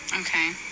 okay